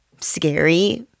scary